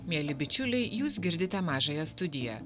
mieli bičiuliai jūs girdite mažąją studiją